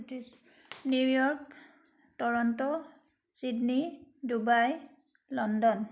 New York Toronto Sydney Dubai London